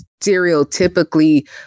stereotypically